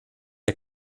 der